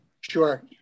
Sure